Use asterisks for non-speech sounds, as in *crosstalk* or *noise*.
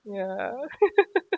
ya *laughs*